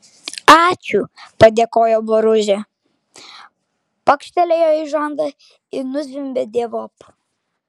ačiū padėkojo boružė pakštelėjo į žandą ir nuzvimbė dievop